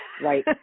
right